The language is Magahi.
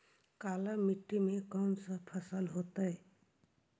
काला मिट्टी में कौन से फसल होतै?